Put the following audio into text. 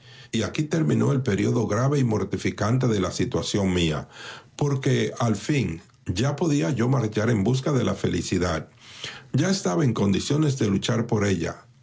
y aquí terminó el período grave y mortificante de la situación mía porque al fin ya podía yo marchar en busca de la felicidad ya estaba en condiciones de luchar por ella